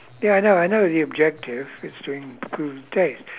ya I know I know the objective is to improve the taste